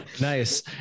nice